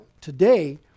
today